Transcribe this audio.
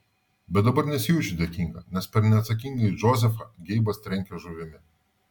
bet dabar nesijaučiu dėkinga nes per neatsakingąjį džozefą geibas trenkia žuvimi